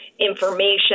Information